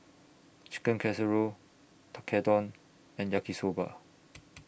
Chicken Casserole Tekkadon and Yaki Soba